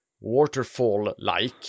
waterfall-like